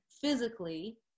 physically